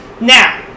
now